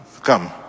Come